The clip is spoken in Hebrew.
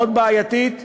מאוד בעייתית.